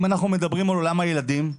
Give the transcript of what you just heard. התחום של בידור ילדים,